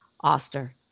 oster